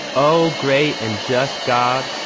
oh, great. and just god,